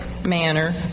Manner